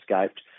escaped